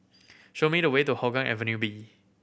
show me the way to Hougang Avenue B